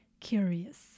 curious